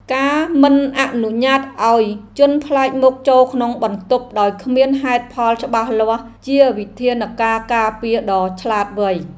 ការមិនអនុញ្ញាតឱ្យជនប្លែកមុខចូលក្នុងបន្ទប់ដោយគ្មានហេតុផលច្បាស់លាស់ជាវិធានការការពារដ៏ឆ្លាតវៃ។